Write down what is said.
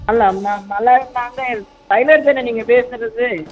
hello ம மலர் நான் தான் டைலர் தானே நீங்கள் பேசுகிறது